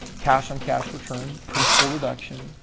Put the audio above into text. cash and cash-return, principal reduction,